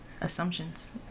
Assumptions